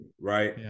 Right